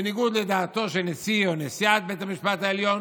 בניגוד לדעתו של נשיא או נשיאת בית המשפט העליון,